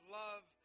love